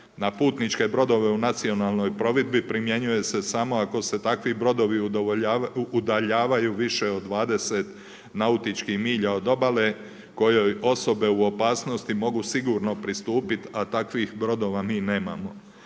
Na putničke brodove u nacionalnoj plovidbi primjenjuju se samo ako se takvi brodovi udaljavaju više od 20 nautičkih milja od obale kojoj osobe u opasnosti mogu sigurno pristupiti a takvih brodova mi nemamo.